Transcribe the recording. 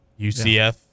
UCF